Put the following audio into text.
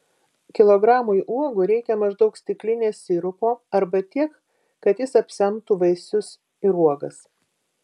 kilogramui uogų reikia maždaug stiklinės sirupo arba tiek kad jis apsemtų vaisius ir uogas